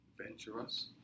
adventurous